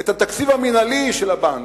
המינהלי של הבנק,